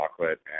chocolate